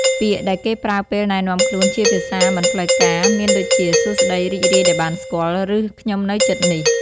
ពាក្យដែលគេប្រើពេលណែនាំខ្លួនជាភាសាមិនផ្លូវការមានដូចជា សួស្ដី រីករាយដែលបានស្គាល់ ឬ ខ្ញុំនៅជិតនេះ។